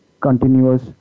continuous